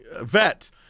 vet